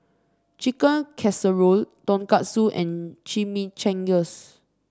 Chicken Casserole Tonkatsu and Chimichangas